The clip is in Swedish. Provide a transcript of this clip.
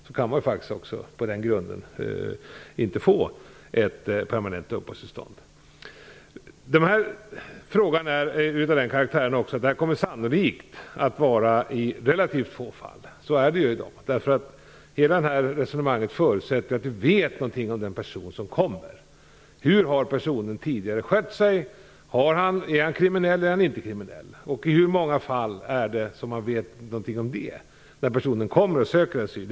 Den här frågan är också av den karaktären att den sannolikt kommer att vara aktuell i relativt få fall. Så är det ju i dag. Hela det här resonemanget förutsätter att vi vet någonting om den person som kommer. Hur har personen tidigare skött sig? Är han kriminell eller är han inte kriminell? I hur många fall vet man någonting om det när personen kommer och söker asyl?